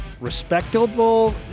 respectable